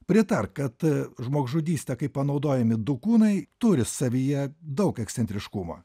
prietark kad žmogžudystė kai panaudojami du kūnai turi savyje daug ekscentriškumo